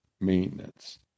maintenance